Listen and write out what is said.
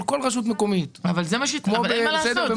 כל רשות מקומית --- אין מה לעשות,